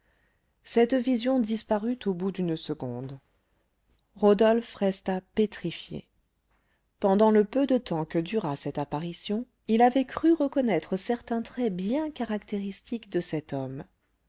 cette vision disparut au bout d'une seconde rodolphe resta pétrifié pendant le peu de temps que dura cette apparition il avait cru reconnaître certains traits bien caractéristiques de cet homme